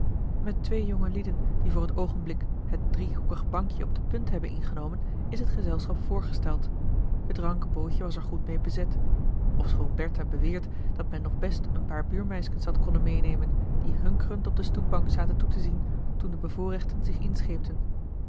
met twee jongelieden die voor t oogenblik het driehoekig bankje op de punt hebben ingenomen is het gezelschap voorgesteld het ranke bootje was er goed meê bezet ofschoon bertha beweert dat men nog best een paar buurmeiskens had konnen meênemen die hunkerend op de stoepbank zaten toe te zien toen de bevoorrechten zich inscheepten